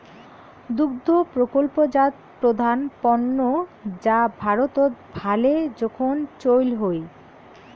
দুগ্ধ প্রকল্পজাত প্রধান পণ্য যা ভারতত ভালে জোখন চইল হই